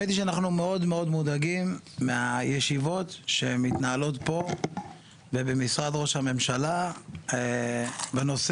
אנחנו מאוד מאוד מודאגים מהישיבות שמתנהלות פה ובמשרד ראש הממשלה בנושא.